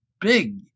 big